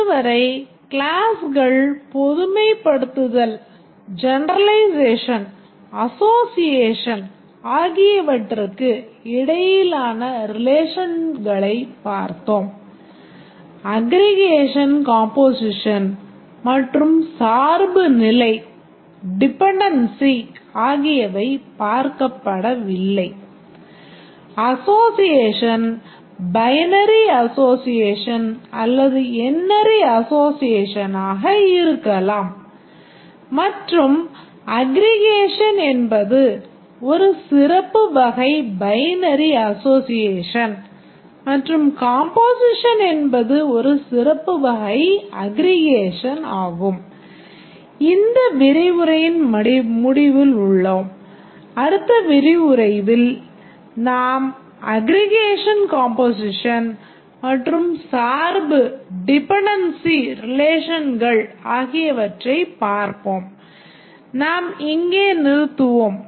இதுவரை கிளாஸ்கள் பொதுமைப்படுத்தல் relationகள் ஆகியவற்றைப் பார்ப்போம் நாம் இங்கே நிறுத்துவோம்